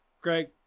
Greg